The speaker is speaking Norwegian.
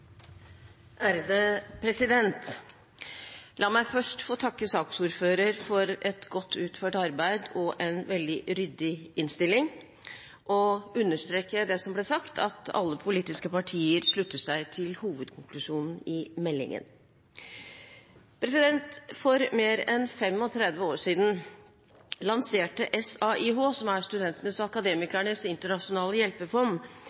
La meg først få takke saksordføreren for et godt utført arbeid og en veldig ryddig innstilling og understreke det som ble sagt, at alle politiske partier slutter seg til hovedkonklusjonen i meldingen. For mer enn 35 år siden lanserte SAIH, Studentenes og Akademikernes Internasjonale Hjelpefond,